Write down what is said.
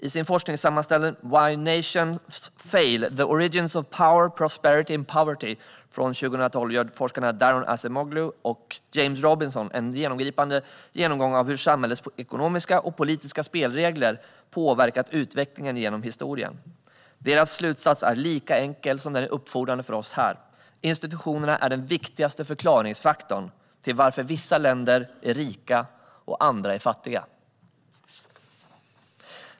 I sin forskningssammanställning Why Nations Fail: The Origins of Power, Prosperity, and Poverty från 2012 gör forskarna Daron Acemoglu och James Robinson en genomgripande genomgång av hur samhällets ekonomiska och politiska spelregler påverkat utvecklingen genom historien. Deras slutsats är lika enkel som den är uppfordrande för oss här: Institutionerna är den viktigaste förklaringsfaktorn till varför vissa länder är rika och andra är fattiga.